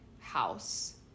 house